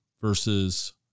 versus